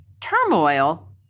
turmoil